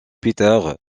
peter